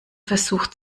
versucht